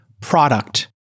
product